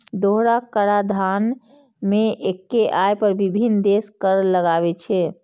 दोहरा कराधान मे एक्के आय पर विभिन्न देश कर लगाबै छै